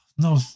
No